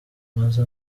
maze